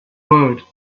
world